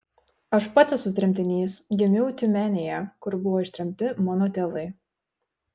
aš pats esu tremtinys gimiau tiumenėje kur buvo ištremti mano tėvai